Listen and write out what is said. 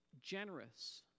generous